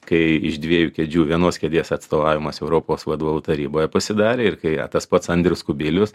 kai iš dviejų kėdžių vienos kėdės atstovavimas europos vadovų taryboje pasidarė ir kai tas pats andrius kubilius